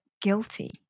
guilty